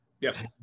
Yes